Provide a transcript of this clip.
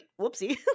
Whoopsie